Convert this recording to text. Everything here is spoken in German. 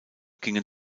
gingen